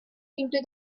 into